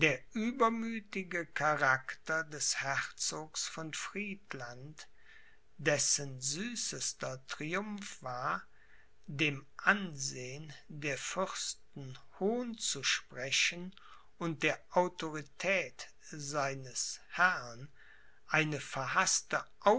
übermüthige charakter des herzogs von friedland dessen süßester triumph war dem ansehen der fürsten hohn zu sprechen und der autorität seines herrn eine verhaßte